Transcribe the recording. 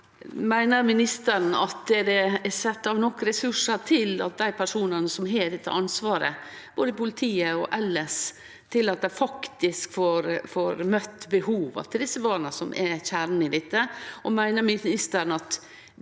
på: Meiner ministeren at det er sett av nok ressursar til at dei personane som har dette ansvaret, både i politiet og elles, faktisk kan møte behova til desse barna som er kjernen